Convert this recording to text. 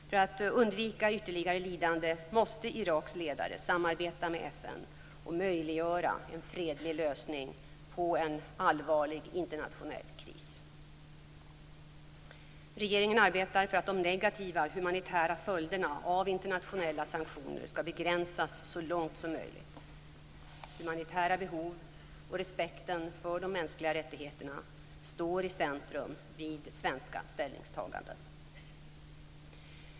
För att undvika ytterligare lidande måste Iraks ledare samarbeta med FN och möjliggöra en fredlig lösning på en allvarlig internationell kris. Regeringen arbetar för att de negativa humanitära följderna av internationella sanktioner skall begränsas så långt som möjligt. Humanitära behov och respekten för de mänskliga rättigheterna står i centrum vid svenska ställningstaganden.